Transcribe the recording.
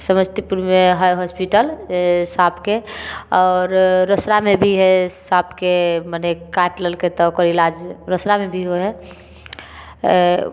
समस्तीपुरमे है होस्पिटल साँपके आओर रोसड़ामे भी है साँपके मने काटि लेलकै तऽ ओकर इलाज रोसड़ामे भी होइ है